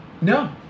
No